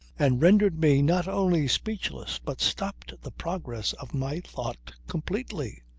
and rendered me not only speechless but stopped the progress of my thought completely.